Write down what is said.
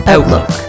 Outlook